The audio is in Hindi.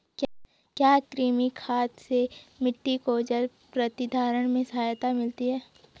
क्या कृमि खाद से मिट्टी को जल प्रतिधारण में सहायता मिलती है?